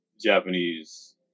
Japanese